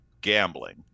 gambling